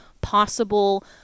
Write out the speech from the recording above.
possible